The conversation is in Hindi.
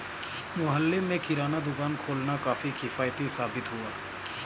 मोहल्ले में किराना दुकान खोलना काफी किफ़ायती साबित हुआ